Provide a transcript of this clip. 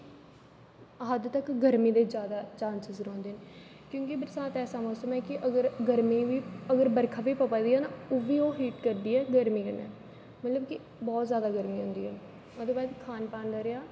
हद तक गर्मी दे ज्यादा चाॅनसिस रौंहदे ना क्योकि बरसांत ऐसा मौसम है कि अगर गर्मी बी अगर बर्खा बी पवा दी ऐ ना ओवी हीट करदी ऐ गर्मी कन्ने मतलब कि बहूत ज्यादा गर्मी होंदी ऐ ओहदे बाद खान पान रेहा